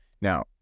now